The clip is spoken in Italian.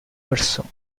persone